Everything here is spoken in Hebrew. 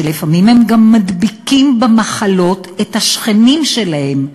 שלפעמים הם גם מדביקים במחלות את השכנים שלהם,